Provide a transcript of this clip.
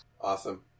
Awesome